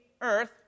earth